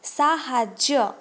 ସାହାଯ୍ୟ